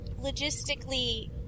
logistically